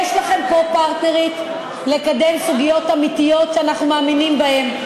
יש לכם פה פרטנרית לקדם סוגיות אמיתיות שאנחנו מאמינים בהן,